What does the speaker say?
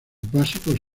básicos